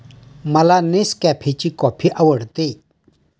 मला नेसकॅफेची कॉफी आवडते